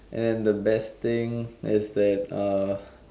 and the best thing is that uh